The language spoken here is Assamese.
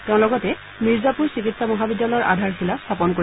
তেওঁ লগতে মিৰ্জাপুৰ চিকিৎসা মহাবিদ্যালয়ৰ আধাৰশিলা স্থাপন কৰিব